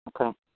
okay